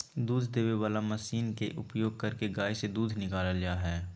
दूध देबे वला मशीन के उपयोग करके गाय से दूध निकालल जा हइ